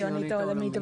העולמית.